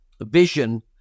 vision